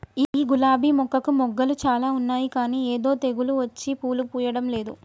ఈ గులాబీ మొక్కకు మొగ్గలు చాల ఉన్నాయి కానీ ఏదో తెగులు వచ్చి పూలు పూయడంలేదు